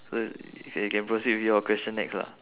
so you ca~ you can proceed with your question next lah